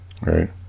right